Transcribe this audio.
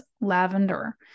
lavender